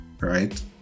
right